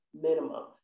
minimum